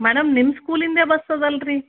madam ನಿಮ್ಮ ಸ್ಕೂಲಿಂದೆ bus ಅದ ಅಲ್ಲ ರಿ